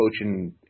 coaching